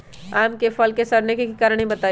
आम क फल म सरने कि कारण हई बताई?